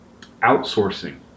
outsourcing